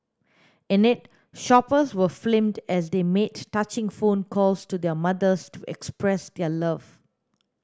in it shoppers were filmed as they made touching phone calls to their mothers to express their love